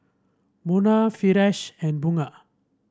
Munah Firash and Bunga